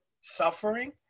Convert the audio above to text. suffering